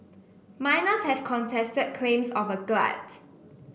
miners have contested claims of a glut